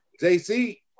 JC